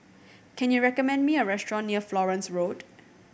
can you recommend me a restaurant near Florence Road